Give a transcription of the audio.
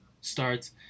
starts